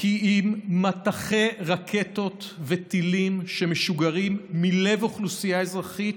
כי אם מטחי רקטות וטילים שמשוגרים מלב אוכלוסייה אזרחית